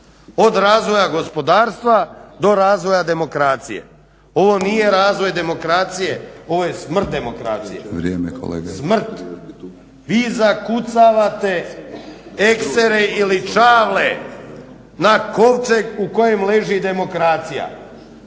od razvoja gospodarstva do razvoja demokracije. Ovo nije razvoj demokracije. Ovo je smrt demokracije, smrt. … /Upadica Batinić: Vrijeme kolega./… Vi zakucavate eksere ili čavle na kovčeg u kojem leži demokracija.